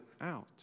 out